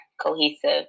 cohesive